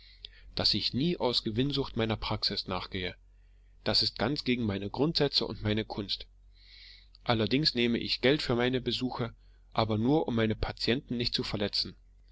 daß ich nie aus gewinnsucht meiner praxis nachgehe das ist ganz gegen meine grundsätze und meine kunst allerdings nehme ich geld für meine besuche aber nur um meine patienten nicht zu verletzen